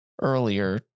earlier